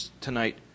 tonight